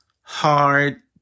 hard